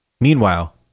Meanwhile